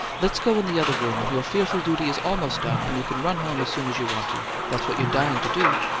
let's go in the other room your fearful duty is almost done, and you can run home as soon as you want to. that's what you're dying to do.